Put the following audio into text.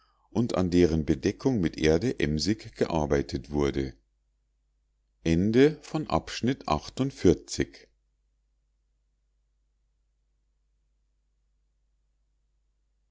und an deren bedeckung mit erde emsig gearbeitet wurde